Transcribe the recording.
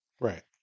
Right